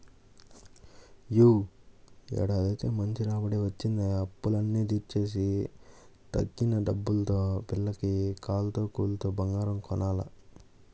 యీ ఏడాదైతే మంచి రాబడే వచ్చిందయ్య, అప్పులన్నీ తీర్చేసి తక్కిన డబ్బుల్తో పిల్లకి కాత్తో కూత్తో బంగారం కొనాల